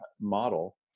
model